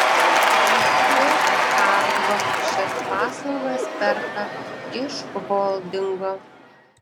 lg cargo šias paslaugas perka iš holdingo